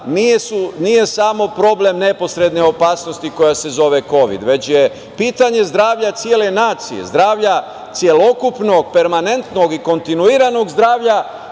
nije samo problem neposredne opasnosti koja se kovid, već je pitanje zdravlja cele nacije, zdravlja celokupnog, permanentnog i kontinuiranog zdravlja